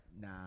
nah